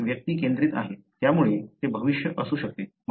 ते व्यक्तिकेंद्रित आहे त्यामुळे ते भविष्य असू शकते